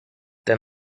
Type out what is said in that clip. ten